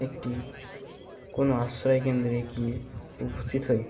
একটি কোনো আশ্রয় কেন্দ্রে গিয়ে উপস্থিত হই